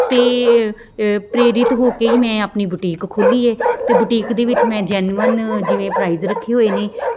ਅਤੇ ਪ੍ਰੇਰਿਤ ਹੋ ਕੇ ਹੀ ਮੈਂ ਆਪਣੀ ਬੁਟੀਕ ਖੋਲ੍ਹੀ ਏ ਅਤੇ ਬੁਟੀਕ ਦੇ ਵਿੱਚ ਮੈਂ ਜੈਨੁਅਨ ਜਿਵੇਂ ਪ੍ਰਾਈਜ ਰੱਖੇ ਹੋਏ ਨੇ